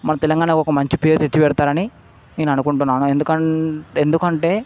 మన తెలంగాణ ఒక మంచి పేరు తెచ్చిపెడతారని నేననుకుంటున్నాను ఎందుకం ఎందుకంటే